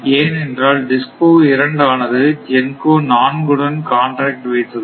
ஏனென்றால் DISCO 2 ஆனது GENCO 4 உடன் காண்ட்ராக்ட் வைத்துள்ளது